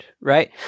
Right